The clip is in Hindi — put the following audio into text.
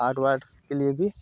हार्ट वार्ट के लिए भी